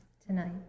tonight